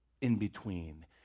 in-between